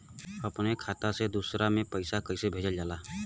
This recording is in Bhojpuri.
अपना खाता से दूसरा में पैसा कईसे भेजल जाला?